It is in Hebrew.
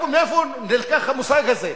מאיפה נלקח המושג הזה?